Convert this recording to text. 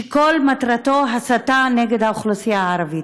שכל מטרתו הסתה נגד האוכלוסייה הערבית.